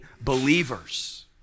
believers